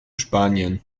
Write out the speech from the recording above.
spanien